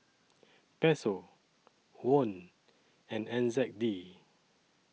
Peso Won and N Z D